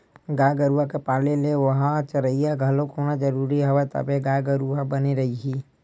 गाय गरुवा के पाले ले ओला चरइया घलोक होना जरुरी हवय तभे गाय गरु ह बने रइही